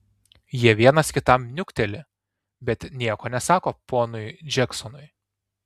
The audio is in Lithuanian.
jie vienas kitam niukteli bet nieko nesako ponui džeksonui